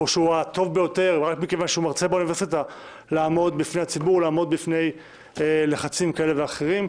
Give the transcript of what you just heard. או שהוא הטוב ביותר לעמוד בפני הציבור ולעמוד בפני לחצים כאלה ואחרים,